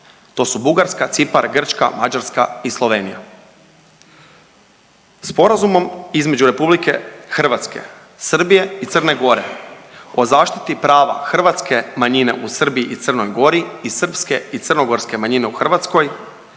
To su Bugarska, Cipar, Grčka, Mađarska i Slovenija. Sporazumom između RH, Srbije i Crne Gore o zaštiti prava hrvatske manjine u Srbiji i Crnoj Gori i srpske i crnogorske manjine u Hrvatskoj